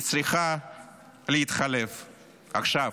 היא צריכה להתחלף עכשיו.